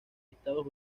estados